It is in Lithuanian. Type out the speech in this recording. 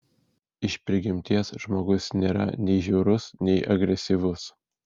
iš prigimties žmogus nėra nei žiaurus nei agresyvus